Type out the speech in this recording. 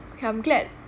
I'm glad